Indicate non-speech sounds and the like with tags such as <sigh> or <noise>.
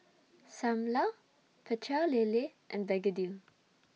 <noise> Ssam Lau Pecel Lele and Begedil